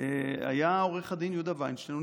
היה עו"ד יהודה וינשטיין.